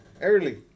Early